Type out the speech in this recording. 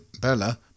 Bella